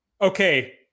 okay